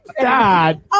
God